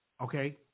Okay